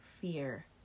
fear